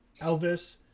Elvis